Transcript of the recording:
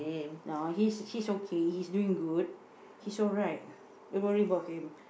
no he's he's okay he's doing good he's alright don't worry about him